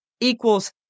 equals